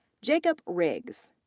jacob riggs,